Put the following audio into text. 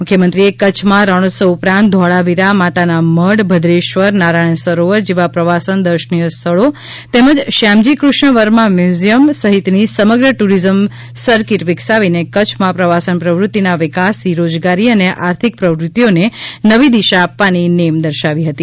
મુખ્યમંત્રીશ્રીએ કચ્છમાં રણોત્સવ ઉપરાંત ધોળાવીરા માતાના મઢ ભદ્રેશ્વર નારાયણ સરોવર જેવા પ્રવાસન દર્શનીય સ્થળો તેમજ શ્યામજી કૃષ્ણ વર્મા મ્યુઝિયમ સહિતની સમગ્ર ટુરિઝમ સરકીટ વિકસાવીને કચ્છમાં પ્રવાસન પ્રવૃત્તિના વિકાસથી રોજગારી અને આર્થિક પ્રવૃત્તિઓને નવી દિશા આપવાની નેમ દર્શાવી હતી